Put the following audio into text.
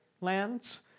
lands